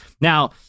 Now